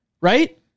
Right